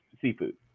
seafood